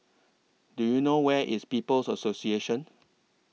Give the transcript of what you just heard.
Do YOU know Where IS People's Association